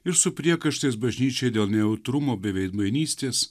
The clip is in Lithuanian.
ir su priekaištais bažnyčiai dėl nejautrumo bei veidmainystės